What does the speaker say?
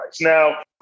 Now